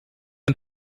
ein